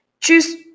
Choose